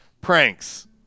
pranks